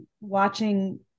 watching